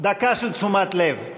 דקה של תשומת לב.